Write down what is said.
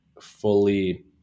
Fully